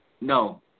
No